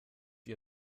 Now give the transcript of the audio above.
die